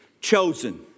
Chosen